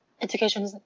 education